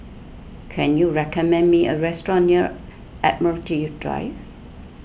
can you recommend me a restaurant near Admiralty Drive